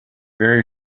very